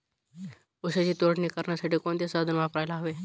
ऊसाची तोडणी करण्यासाठी कोणते साधन वापरायला हवे?